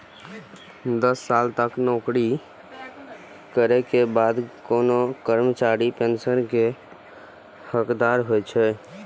दस साल तक नौकरी करै के बाद कोनो कर्मचारी पेंशन के हकदार होइ छै